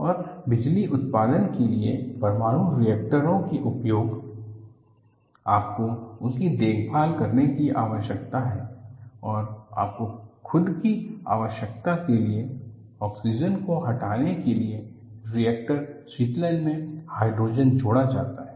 और बिजली उत्पादन के लिए परमाणु रिएक्टरों के उपयोग आपको उनकी देखभाल करने की आवश्यकता है और आपको खुद की आवश्यकता के लिए ऑक्सीजन को हटाने के लिए रिएक्टर शीतलक में हाइड्रोजन जोड़ा जाता है